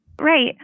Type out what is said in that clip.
Right